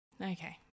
okay